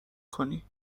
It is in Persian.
کنی